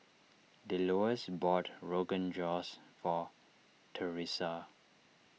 Delois bought Rogan Josh for theresa